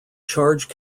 charge